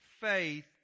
faith